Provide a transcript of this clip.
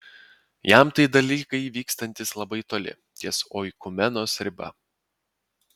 jam tai dalykai vykstantys labai toli ties oikumenos riba